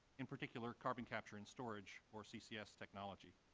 in particular carbon capture and storage, or ccs, technology.